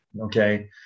okay